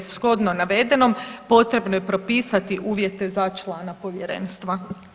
Shodno navedenom potrebno je propisati uvjete za člana povjerenstva.